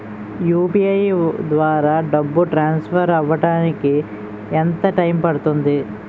UPI ద్వారా డబ్బు transfer అవ్వడానికి ఎంత టైం పడుతుంది?